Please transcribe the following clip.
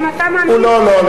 אם אתה מאמין ב-22.5%,